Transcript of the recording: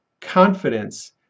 confidence